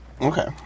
Okay